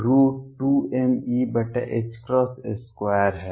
α 2mE2 है